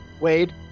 Wade